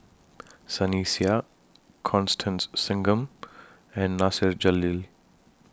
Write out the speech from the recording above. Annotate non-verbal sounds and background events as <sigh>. <noise> Sunny Sia Constance Singam and Nasir Jalil